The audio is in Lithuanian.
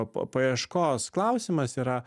paieškos klausimas yra